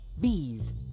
bees